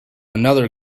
another